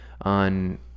on